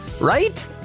right